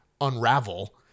unravel